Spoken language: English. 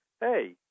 hey